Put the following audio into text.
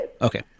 Okay